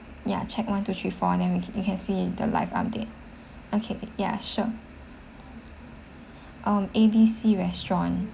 ya check one two three four then we you can see the live update okay ya sure um A B C restaurant